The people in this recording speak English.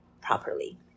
properly